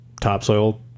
topsoil